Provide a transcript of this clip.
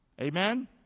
Amen